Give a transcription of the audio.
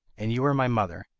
and you are my mother.